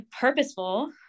purposeful